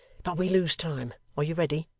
but we lose time. are you ready